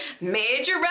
Major